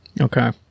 Okay